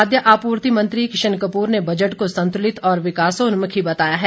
खाद्य आपूर्ति मंत्री किशन कपूर ने बजट को संतुलित और विकासोन्नमुखी बताया है